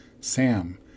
Sam